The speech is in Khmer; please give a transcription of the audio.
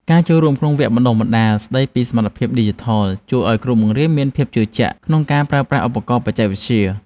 ការចូលរួមក្នុងវគ្គបណ្តុះបណ្តាលស្តីពីសមត្ថភាពឌីជីថលជួយឱ្យគ្រូបង្រៀនមានភាពជឿជាក់ក្នុងការប្រើប្រាស់ឧបករណ៍បច្ចេកវិទ្យា។